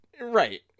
Right